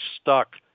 stuck